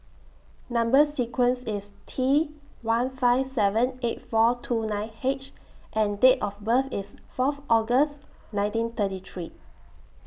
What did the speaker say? Number sequence IS T one five seven eight four two nine H and Date of birth IS Fourth August nineteen thirty three